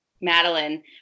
Madeline